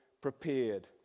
prepared